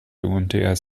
umts